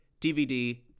DVD